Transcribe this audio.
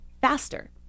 faster